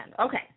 Okay